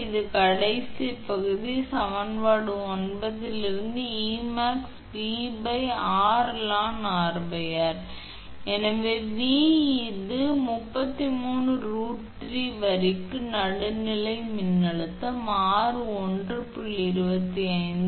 இப்போது கடைசி பகுதி இ சமன்பாடு 9 இலிருந்து 𝐸𝑚𝑎𝑥 𝑟 𝑉 𝑟 ln 𝑅 எனவே V இது 33√3 வரிக்கு நடுநிலை மின்னழுத்தம் r 1